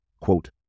Quote